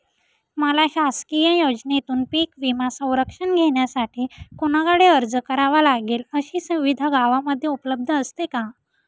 मला शासकीय योजनेतून पीक विमा संरक्षण घेण्यासाठी कुणाकडे अर्ज करावा लागेल? अशी सुविधा गावामध्ये उपलब्ध असते का?